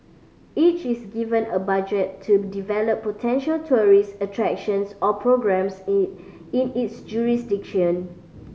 each is given a budget to develop potential tourist attractions or programmes in in its jurisdiction